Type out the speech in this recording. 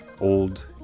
old